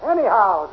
Anyhow